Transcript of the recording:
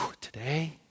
today